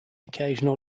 occasional